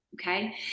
okay